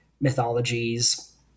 mythologies